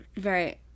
Right